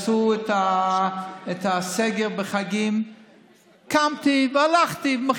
חבר הכנסת, הסגר בחגים, קמתי והלכתי.